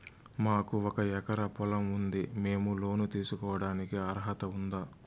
మాకు ఒక ఎకరా పొలం ఉంది మేము లోను తీసుకోడానికి అర్హత ఉందా